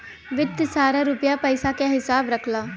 वित्त सारा रुपिया पइसा क हिसाब रखला